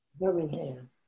Birmingham